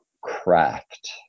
craft